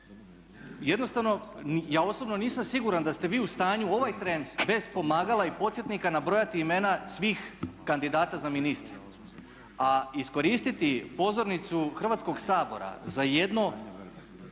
jednostavno ja osobno nisam siguran da ste vi u stanju ovaj tren bez pomagala i podsjetnika nabrojati imena svih kandidata za ministra, a iskoristiti pozornicu Hrvatskog sabora za jedno